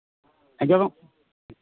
ᱟᱸᱡᱚᱢᱚᱜ